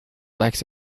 lacks